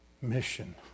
mission